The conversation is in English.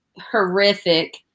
horrific